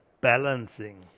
balancing